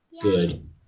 Good